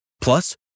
Plus